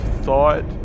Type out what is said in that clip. thought